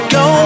go